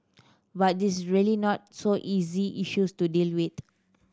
but this is really not so easy issues to deal with